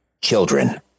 children